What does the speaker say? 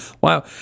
wow